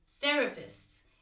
therapists